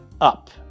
up